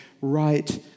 right